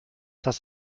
das